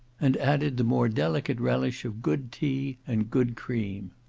and added the more delicate relish of good tea and good cream.